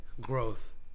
growth